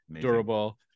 durable